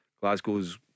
Glasgow's